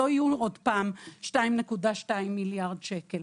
לא יהיו עוד 2.2 מיליארד שקל,